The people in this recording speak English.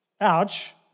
ouch